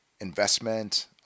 investment